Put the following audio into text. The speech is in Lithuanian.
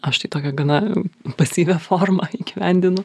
aš tai tokią gana pasyvią formą įgyvendinu